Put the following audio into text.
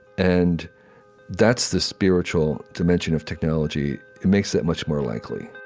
and that's the spiritual dimension of technology. it makes that much more likely